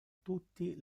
tutti